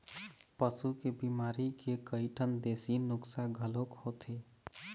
पशु के बिमारी के कइठन देशी नुक्सा घलोक होथे